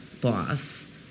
boss